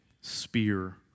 spear